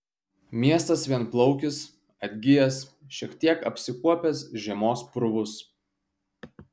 miestas vienplaukis atgijęs šiek tiek apsikuopęs žiemos purvus